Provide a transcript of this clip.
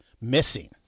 missing